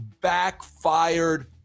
backfired